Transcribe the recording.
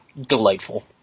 delightful